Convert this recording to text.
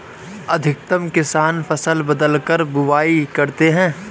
अधिकतर किसान फसल बदलकर बुवाई करते है